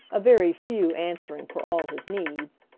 a very few answering for all his needs.